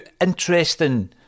interesting